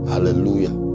Hallelujah